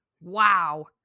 wow